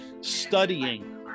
studying